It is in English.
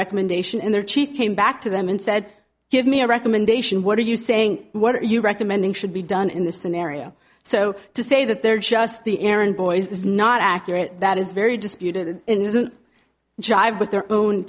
recommendation in their chief came back to them and said give me a recommendation what are you saying what are you recommending should be done in this scenario so to say that they're just the errand boys is not accurate that is very disputed doesn't jive with their own